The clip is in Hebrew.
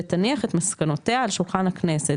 ותניח את מסקנותיה על שולחן הכנסת,